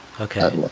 Okay